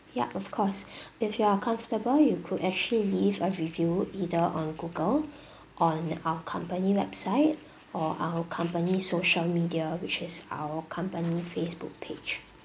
yup of course if you are comfortable you could actually leave a review either on google on our company website or our company's social media which is our company Facebook page